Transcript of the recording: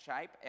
shape